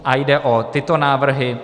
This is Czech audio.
A jde o tyto návrhy: